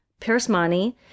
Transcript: perismani